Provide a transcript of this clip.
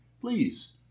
please